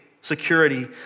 security